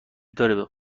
داره